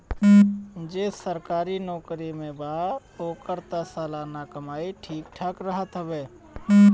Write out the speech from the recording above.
जे सरकारी नोकरी में बा ओकर तअ सलाना कमाई ठीक ठाक रहत हवे